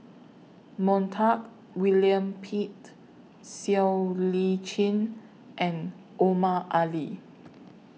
Montague William Pett Siow Lee Chin and Omar Ali